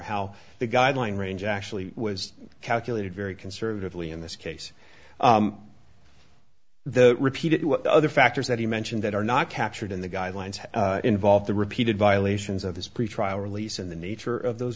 how the guideline range actually was calculated very conservatively in this case the repeated what other factors that he mentioned that are not captured in the guidelines involve the repeated violations of his pretrial release and the nature of those